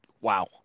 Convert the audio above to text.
wow